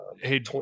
Hey